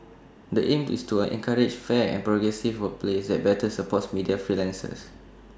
the aim is to encourage fair and progressive workplaces that better supports media freelancers